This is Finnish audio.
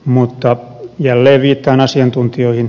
mutta jälleen viittaan asiantuntijoihin